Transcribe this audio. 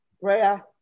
prayer